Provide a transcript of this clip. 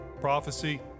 prophecy